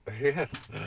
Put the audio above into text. Yes